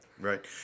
Right